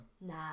Nah